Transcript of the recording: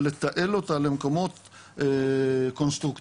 ולתעל אותה למקומות קונסטרוקטיביים,